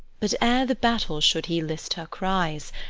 but ere the battle should he list her cries,